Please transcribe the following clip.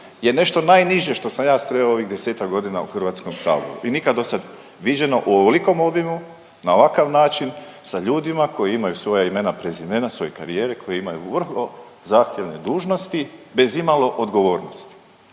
je nešto najniže što sam ja sreo u ovih desetak godina u Hrvatskom saboru i nikad do sad viđeno u ovolikom obimu, na ovakav način sa ljudima koji imaju svoja imena, prezimena, svoje karijere, koji imaju vrlo zahtjevne dužnosti bez i malo odgovornosti.